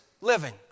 living